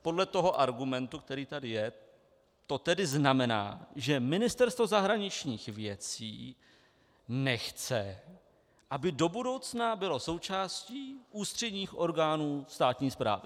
Podle toho argumentu, který tady je, to tedy znamená, že Ministerstvo zahraničních věcí nechce, aby do budoucna bylo součástí ústředních orgánů státní správy.